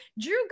Drew